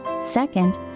Second